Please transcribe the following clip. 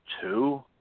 two